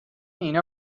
اینا